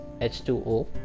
H2O